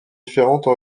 différentes